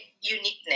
uniqueness